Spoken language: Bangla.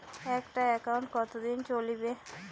একটা একাউন্ট কতদিন চলিবে?